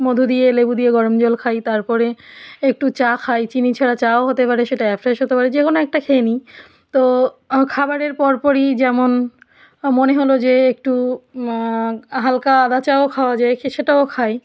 মধু দিয়ে লেবু দিয়ে গরম জল খাই তারপরে একটু চা খাই চিনি ছাড়া চাও হতে পারে সেটা অ্যাফ্রেশ হতে পারে যে কোনও একটা খেয়ে নিই তো খাবারের পর পরই যেমন মনে হলো যে একটু হালকা আদা চাও খাওয়া যায় কি সেটাও খাই